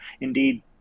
indeed